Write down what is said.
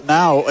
now